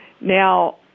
Now